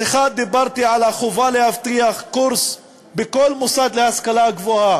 1. דיברתי על החובה להבטיח בכל מוסד להשכלה גבוהה